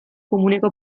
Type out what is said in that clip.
komuneko